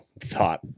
thought